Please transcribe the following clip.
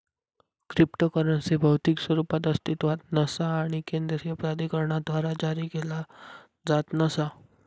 cryptocurrency भौतिक स्वरूपात अस्तित्वात नसा आणि केंद्रीय प्राधिकरणाद्वारा जारी केला जात नसा